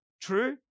true